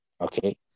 okay